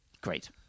Great